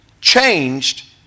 changed